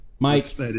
Mike